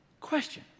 Question